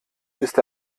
ist